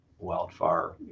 wildfire